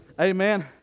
Amen